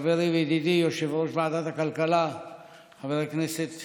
חברי וידידי יושב-ראש ועדת הכלכלה חבר הכנסת